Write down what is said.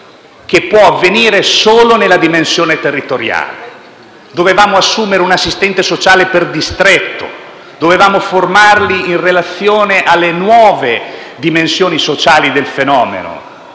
che può venire solo nella dimensione territoriale. Dovevamo assumere un assistente sociale per distretto, dovevamo formarli in relazione alle nuove dimensioni sociali del fenomeno,